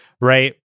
right